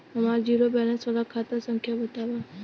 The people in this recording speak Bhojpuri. हमार जीरो बैलेस वाला खाता संख्या वतावा?